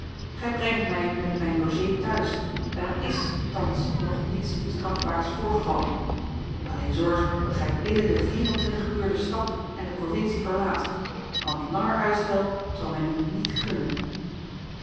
gij brengt mij met mijne logée thuis en er is thans nog niets strafbaars voorgevallen alleen zorg dat gij binnen de vier-en-twintig uur de stad en de provincie verlaat want langer uitstel zal men u niet gunnen